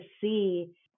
see